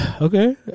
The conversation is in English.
Okay